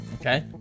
Okay